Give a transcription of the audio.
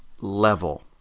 level